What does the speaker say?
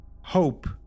Hope